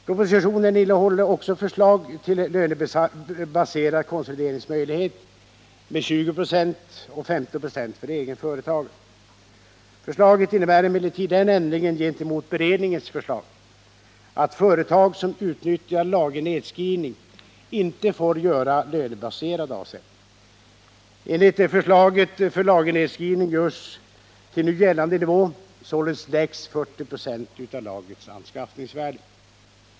Propositionen innehåller också förslag till lönebaserad konsolideringsmöjlighet med 20 96 resp. 15 96 för egenföretagare. Förslaget innebär emellertid den ändringen gentemot beredningens förslag att företag som utnyttjar lagernedskrivning inte får göra lönebaserad avsättning. Enligt förslaget får lagernedskrivning göras till nu gällande nivå, således till lägst 40 96 av lagrets anskaffningsvärde.